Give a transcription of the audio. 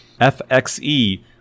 FXE